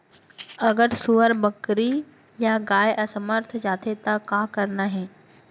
अगर सुअर, बकरी या गाय असमर्थ जाथे ता का करना हे?